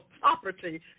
property